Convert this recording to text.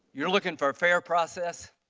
you are looking for a fair process,